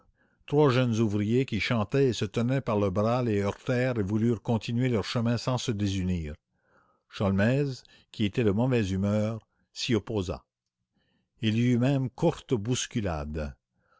trois jeunes ouvriers qui chantaient et se tenaient par le bras les heurtèrent et voulurent continuer leur chemin sans se désunir sholmès qui était de mauvaise humeur s'y opposa il y eut une courte bousculade